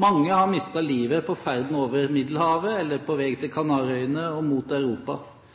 Mange har mistet livet på ferden over Middelhavet eller på vei til